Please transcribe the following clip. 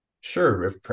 Sure